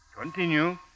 Continue